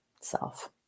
self